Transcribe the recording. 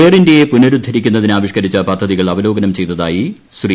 air ഇന്ത്യയെ പുനരുദ്ധരിക്കുന്നതിന് ആവിഷ്കരിച്ച പദ്ധതികൾ അവലോ കനം ചെയ്തതായി ശ്രീ